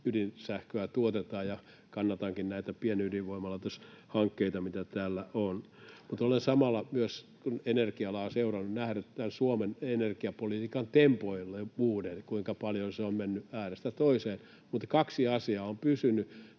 ydinsähköä tuotetaan, ja kannatankin näitä pienydinvoimalaitoshankkeita, mitä täällä on. Olen samalla myös, kun olen energia-alaa seurannut, nähnyt tämän Suomen energiapolitiikan tempoilevuuden, kuinka paljon se on mennyt äärestä toiseen. Mutta kaksi asiaa on pysynyt: